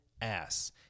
ass